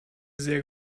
sehr